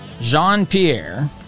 Jean-Pierre